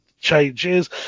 changes